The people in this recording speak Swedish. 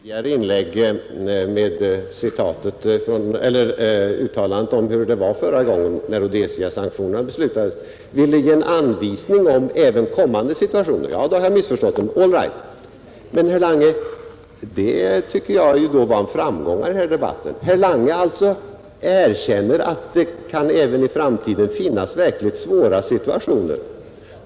Herr talman! Om herr Lange i sitt tidigare inlägg med uttalandet om hur det förhöll sig förra gången när Rhodesiasanktionerna beslutades även ville ge en anvisning beträffande kommande situationer har jag missförstått honom. All right! Men, herr Lange, det tycker jag var en framgång i den här debatten. Herr Lange erkänner alltså att det även i framtiden kan uppstå verkligt svåra situationer.